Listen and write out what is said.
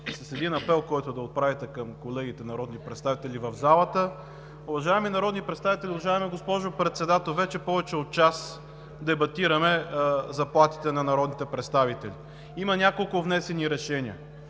с един апел, който да отправите към колегите народни представители в залата. Уважаеми народни представители, уважаема госпожо Председател! Вече повече от час дебатираме заплатите на народните представители. Има няколко внесени решения.